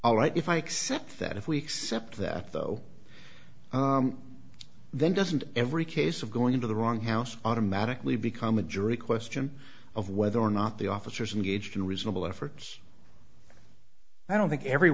alright if i accept that if we accept that though then doesn't every case of going to the wrong house automatically become a jury question of whether or not the officers in gauged in reasonable efforts i don't think every